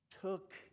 took